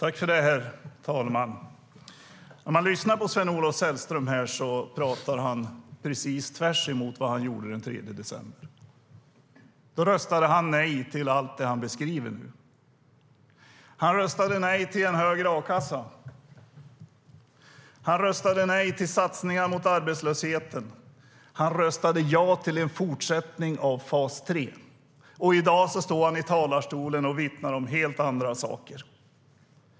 Herr talman! Sven-Olof Sällström talar precis tvärtemot vad han gjorde den 3 december. Då röstade han nej till allt det som han nu beskriver. Han röstade nej till högre a-kassa, han röstade nej till satsningar mot arbetslösheten och han röstade ja till en fortsättning av fas 3.I dag står han i talarstolen och vittnar om helt andra saker.